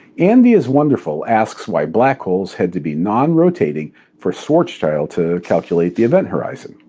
andy is wonderful asks why black holes had to be non-rotating for schwarzschild to calculate the event horizon.